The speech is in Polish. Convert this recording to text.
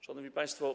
Szanowni Państwo!